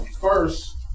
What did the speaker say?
First